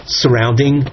surrounding